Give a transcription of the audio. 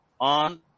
on